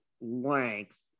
length